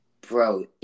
Bro